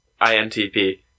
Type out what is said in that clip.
INTP